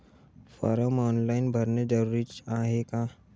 Form online भरने जरुरीचे हाय का?